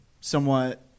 somewhat